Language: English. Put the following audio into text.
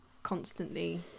constantly